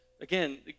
again